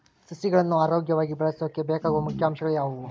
ಸಸಿಗಳನ್ನು ಆರೋಗ್ಯವಾಗಿ ಬೆಳಸೊಕೆ ಬೇಕಾಗುವ ಮುಖ್ಯ ಅಂಶಗಳು ಯಾವವು?